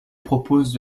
propose